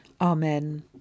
Amen